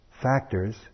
factors